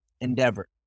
endeavor